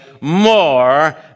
more